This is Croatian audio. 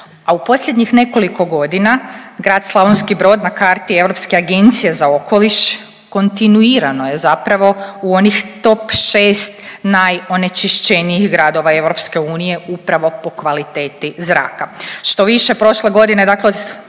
A u posljednjih nekoliko godina grad Slavonski Brod na karti Europske agencije za okoliš, kontinuirano je zapravo u onih top 6 najonečišćenijih gradova EU upravo po kvaliteti zraka. Štoviše prošle godine dakle od